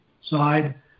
side